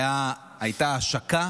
הייתה השקה